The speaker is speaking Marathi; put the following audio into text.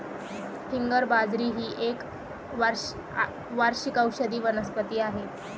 फिंगर बाजरी ही एक वार्षिक औषधी वनस्पती आहे